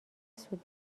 سود